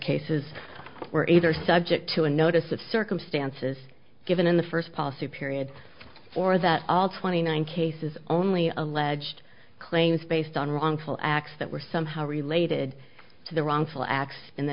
cases were either subject to a notice of circumstances given in the first policy period or that all twenty nine cases only alleged claims based on wrongful acts that were somehow related to the wrongful acts and the